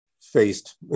faced